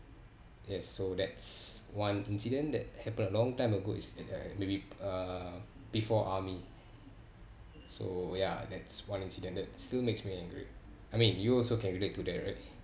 yes so that's one incident that happened a long time ago is uh maybe uh before army so ya that's one incident that still makes me angry I mean you also can relate to that right